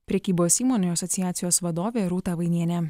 prekybos įmonių asociacijos vadovė rūta vainienė